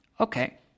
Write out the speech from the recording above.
Okay